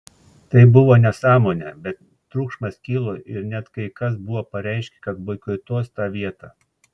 tai buvo nesąmonė bet triukšmas kilo ir net kai kas buvo pareiškę kad boikotuos tą vietą